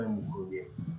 ש-...